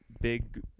big